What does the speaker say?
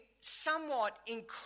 somewhat